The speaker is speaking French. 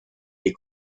les